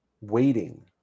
waiting